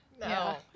No